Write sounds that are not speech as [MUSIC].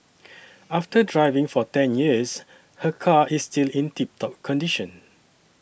[NOISE] after driving for ten years her car is still in tip top condition